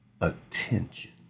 attention